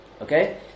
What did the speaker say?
Okay